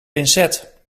pincet